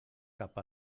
cap